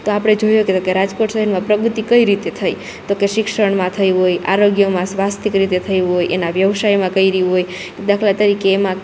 તો આપડે જોયુંતું કે રાજકોટ સહેરમાં પ્રગતિ કઈ રીતે થઈ તોકે શિક્ષણમાં થઈ હોય આરોગ્યમાં સ્વાસથીક રીતે થઈ હોય એના વ્યવસાયમાં કયરી હોય દાખલા તરીકે એમાં